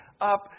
up